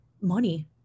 money